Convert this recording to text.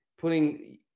putting